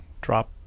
drop